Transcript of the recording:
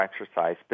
exercise